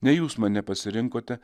ne jūs mane pasirinkote